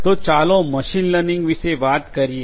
તો ચાલો machine learning વિશે વાત કરીએ